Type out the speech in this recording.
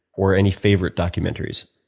or any favorite documentaries?